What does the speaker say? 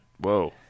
Whoa